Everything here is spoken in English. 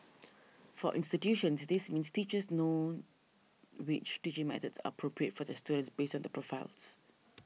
for institutions this means teachers know which teaching methods are appropriate for their students based on their profiles